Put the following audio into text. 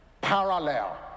parallel